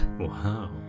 Wow